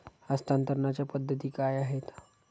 हस्तांतरणाच्या पद्धती काय आहेत?